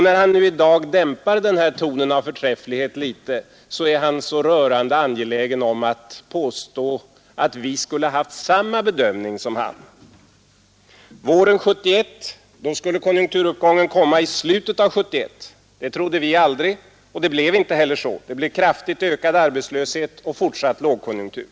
När han nu i dag dämpar denna ton av förträfflighet litet grand, är han så rörande angelägen om att påstå att vi skulle haft samma bedömning som han. Våren 1971 sades det att konjunkturuppgången skulle komma i slutet av år 1971. Detta trodde vi aldrig, och det blev inte heller så. Det blev en kraftigt ökad arbetslöshet och fortsatt lågkonjunktur.